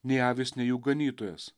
nei avys nei jų ganytojas